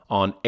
on